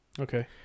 Okay